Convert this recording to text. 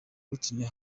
whitney